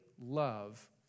love